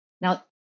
now